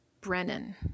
Brennan